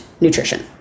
nutrition